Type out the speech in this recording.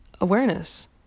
awareness